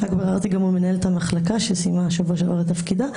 כך גם ביררתי עם מנהלת המחלקה שסיימה בשבוע שעבר את תפקידה.